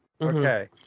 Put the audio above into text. Okay